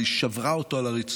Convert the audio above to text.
והיא שברה אותו על הרצפה